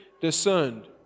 discerned